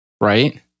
right